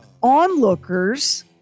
Onlookers